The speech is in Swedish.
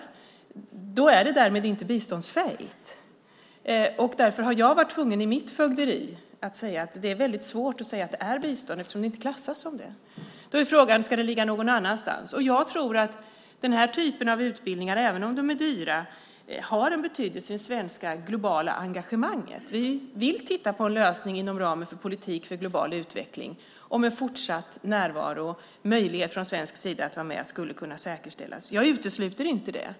Därmed kan jag säga att det inte är biståndsfähigt. Därför har jag varit tvungen att i mitt fögderi säga att det är väldigt svårt att hävda att det är bistånd eftersom det inte klassas som det. Då är frågan: Ska det ligga någon annanstans? Och jag tror att den här typen av utbildningar, även om de är dyra, har en betydelse i det svenska globala engagemanget. Vi vill inom ramen för Sveriges politik för global utveckling titta på en möjlig lösning för att en fortsatt svensk närvaro skulle kunna säkerställas. Jag utesluter inte det.